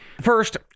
First